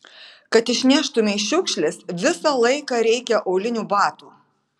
kad išneštumei šiukšles visą laiką reikia aulinių batų